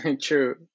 True